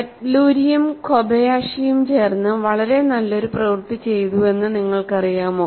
അറ്റ്ലൂരിയും കോബയാഷിയും ചേർന്ന് വളരെ നല്ലൊരു പ്രവൃത്തി ചെയ്തുവെന്ന് നിങ്ങൾക്കറിയാമോ